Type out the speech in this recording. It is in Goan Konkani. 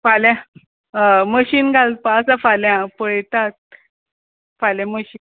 फाल्यां होय मशीन घालपा आसा फाल्यां हांव पळयतात फाल्यां मशीन